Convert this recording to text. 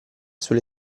sulle